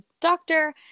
doctor